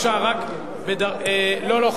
לא,